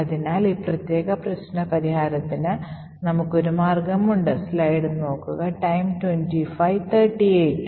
അതിനാൽ ഈ പ്രത്യേക പ്രശ്നത്തെ പരിഹരിക്കുന്നതിന് നമുക്ക് ഒരു മാർഗം ആവശ്യമാണ്